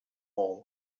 all